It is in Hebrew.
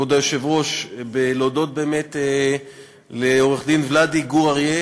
כבוד היושב-ראש, בלהודות לעורך-דין ולאדי גור-ארי,